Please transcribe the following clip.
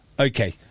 Okay